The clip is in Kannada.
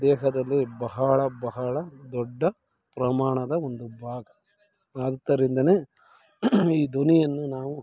ದೇಹದಲ್ಲಿ ಬಹಳ ಬಹಳ ದೊಡ್ಡ ಪ್ರಮಾಣದ ಒಂದು ಭಾಗ ಆದ್ದರಿಂದಲೇ ಈ ಧ್ವನಿಯನ್ನು ನಾವು